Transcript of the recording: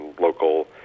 local